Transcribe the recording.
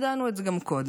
ידענו את זה גם קודם,